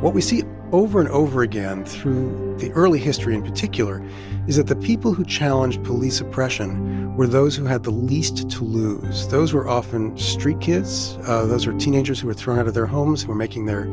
what we see over and over again through the early history in particular is that the people who challenged police oppression were those who had the least to lose. those were often street kids. those were teenagers who were thrown out of their homes who were making their